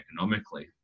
economically